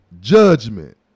judgment